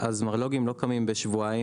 אז מרלו"גים לא קמים בשבועיים.